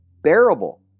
bearable